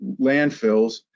landfills